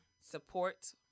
support